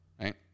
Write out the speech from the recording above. right